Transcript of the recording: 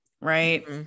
right